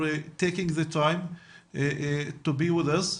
על כך שאתה מקדיש לנו מזמנך.